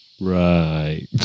Right